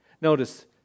Notice